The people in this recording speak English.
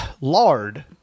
lard